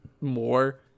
more